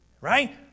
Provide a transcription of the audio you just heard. right